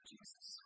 Jesus